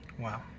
Wow